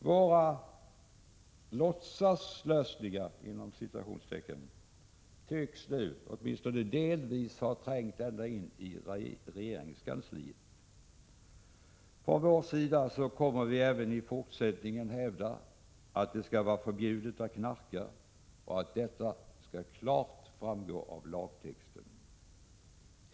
Våra ”låtsaslösningar” tycks nu — åtminstone delvis — ha trängt ända in i regeringskansliet. Från vår sida kommer vi även i fortsättningen att hävda att det skall vara förbjudet att knarka, och att detta klart skall framgå av lagtexten.